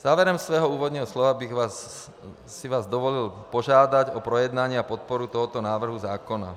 Závěrem svého úvodního slova bych si vás dovolil požádat o projednání a podporu tohoto návrhu zákona.